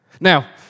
Now